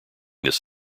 this